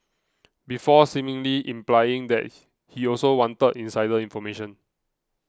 before seemingly implying that he also wanted insider information